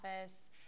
office